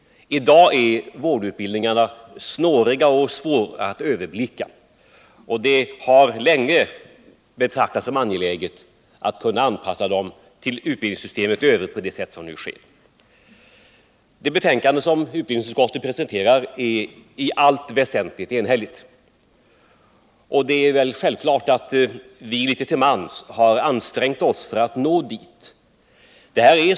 I dag är vårdutbildningarna snåriga och svåra att överblicka. Det har länge betraktats som angeläget att kunna anpassa dem till utbildningssystemet i övrigt på det sätt som nu sker. Det betänkande som utbildningsutskottet presenterar är i allt väsentligt enhälligt, och det är självklart att vi litet till mans har ansträngt oss för att nå dit.